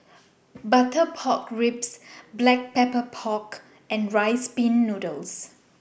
Butter Pork Ribs Black Pepper Pork and Rice Pin Noodles